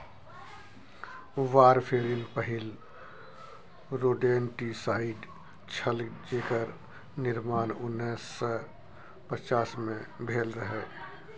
warfarin पहिल rodenticide छल जेकर निर्माण उन्नैस सय पचास मे भेल रहय